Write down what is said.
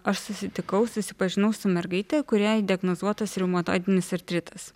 aš susitikau susipažinau su mergaite kuriai diagnozuotas reumatoidinis artritas